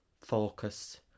Focus